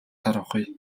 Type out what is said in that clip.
харанхуй